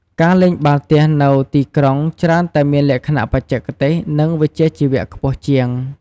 ការលេងបាល់ទះនៅទីក្រុងច្រើនតែមានលក្ខណៈបច្ចេកទេស និងវិជ្ជាជីវៈខ្ពស់ជាង។